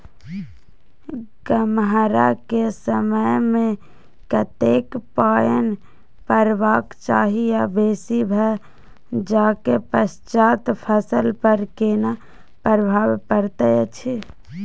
गम्हरा के समय मे कतेक पायन परबाक चाही आ बेसी भ जाय के पश्चात फसल पर केना प्रभाव परैत अछि?